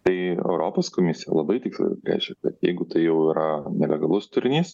tai europos komisija labai tiksliai apibrėžia kad jeigu tai jau yra nelegalus turinys